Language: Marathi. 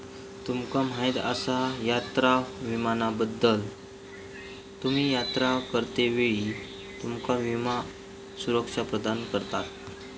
तुमका माहीत आसा यात्रा विम्याबद्दल?, तुम्ही यात्रा करतेवेळी तुमका विमा सुरक्षा प्रदान करता